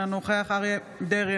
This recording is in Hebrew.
אינו נוכח אריה מכלוף דרעי,